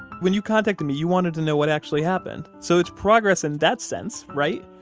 when you contacted me, you wanted to know what actually happened. so it's progress in that sense, right?